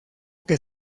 que